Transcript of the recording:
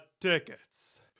tickets